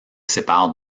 sépare